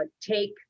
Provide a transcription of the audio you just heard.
take